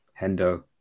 Hendo